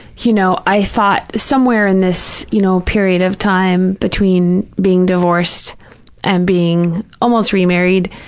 you know, i thought, somewhere in this, you know, period of time between being divorced and being almost remarried,